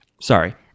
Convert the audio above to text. Sorry